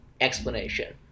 explanation